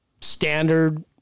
standard